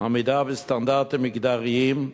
עמידה בסטנדרטים מגדריים,